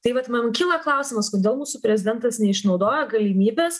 tai vat man kyla klausimas kodėl mūsų prezidentas neišnaudojo galimybės